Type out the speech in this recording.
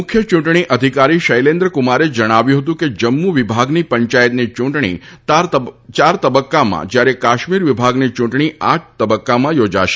મુખ્ય ચૂંટણી અધિકારી શૈલેન્દ્ર કુમારે જણાવ્યું હતું કે જમ્મુ વિભાગની પંચાયતની ચૂંટણી ચાર તબક્કામાં જ્યારે કાશ્મીર વિભાગની ચૂંટણી આઠ તબક્કામાં યોજાશે